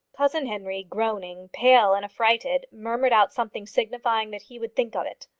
cousin henry, groaning, pale and affrighted, murmured out something signifying that he would think of it.